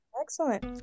Excellent